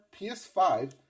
PS5